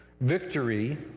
victory